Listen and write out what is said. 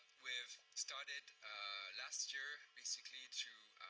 we've started last year basically to